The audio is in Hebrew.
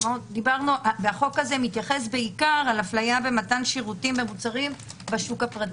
החוק הזה מתייחס בעיקר להפליה במתן שירותים ומוצרים בשוק הפרטי,